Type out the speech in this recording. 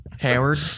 Howard